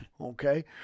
okay